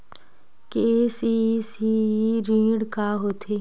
KCC ऋण का होथे?